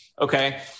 okay